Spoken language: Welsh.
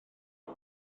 yna